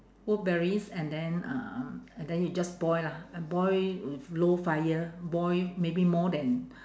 wolfberries and then um and then you just boil lah and boil with low fire boil maybe more than